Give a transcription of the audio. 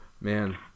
Man